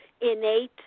innate